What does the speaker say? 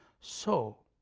so,